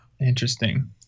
Interesting